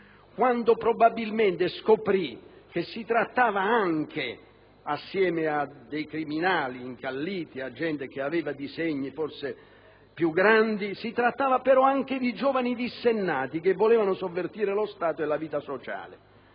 quando probabilmente scoprì che si trattava anche, assieme a dei criminali incalliti ed a gente che aveva disegni forse più grandi, di giovani dissennati che volevano sovvertire lo Stato e la vita sociale.